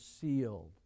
sealed